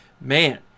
Man